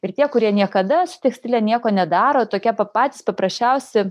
ir tie kurie niekada su tekstile nieko nedaro tokie patys paprasčiausi